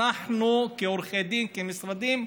אנחנו כעורכי דין, כמשרדים,